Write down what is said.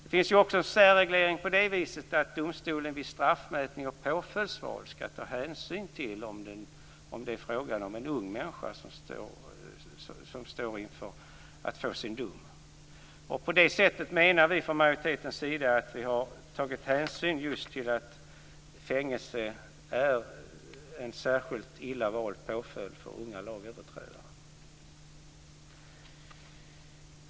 Det finns också en särreglering på det viset att domstolen vid straffmätning och påföljdsvård skall ta hänsyn till om det är en ung människa som skall dömas. På det sättet menar vi från majoritetens sida att vi har tagit hänsyn till att fängelse är en särskilt illa vald påföljd för unga lagöverträdare.